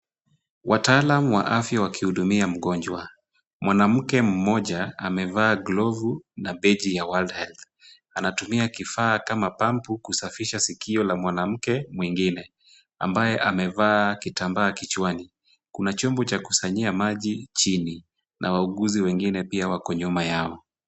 Wataalam wa afya wakihudumia mgonjwa. Mwanamke mmoja amevaa glovu na beji ya world health . Anatumia kifaa kama pampu kusafisha sikio la mwanamke mwingine, ambaye amevaa kitambaa kichwani. Kuna chombo cha kusanyia maji chini na wauguzi wengine pia wako nyuma yao.